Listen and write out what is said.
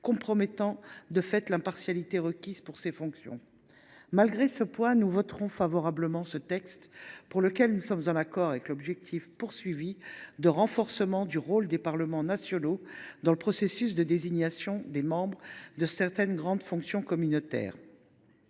compromettant de fait l’impartialité requise pour ces fonctions. Malgré ce point, nous voterons ce texte, dont nous approuvons l’objectif de renforcement du rôle des parlements nationaux dans le processus de désignation des membres de certaines grandes institutions communautaires.